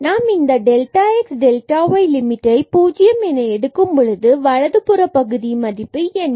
நாம் இந்த delta x delta y லிமிட்டை பூஜ்ஜியம் என எடுக்கும் பொழுது வலதுபுற பகுதியின் மதிப்பு என்ன